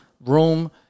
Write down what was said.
room